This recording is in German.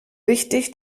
wichtig